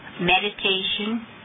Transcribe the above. meditation